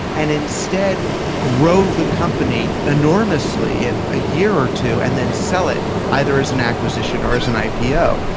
and instead grow the company enormously in a year or two and then sell it, either as an acquisition or as an ipo.